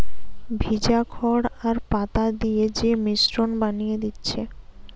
ভিজা খড় আর পাতা দিয়ে যে মিশ্রণ বানিয়ে দিচ্ছে